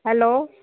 hello